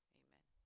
amen